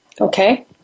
Okay